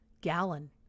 gallon